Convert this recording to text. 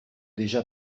déjà